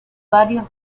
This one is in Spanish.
varios